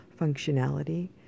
functionality